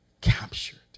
captured